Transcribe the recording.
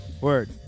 Word